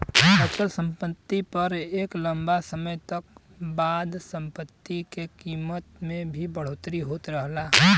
अचल सम्पति पर एक लम्बा समय क बाद सम्पति के कीमत में भी बढ़ोतरी होत रहला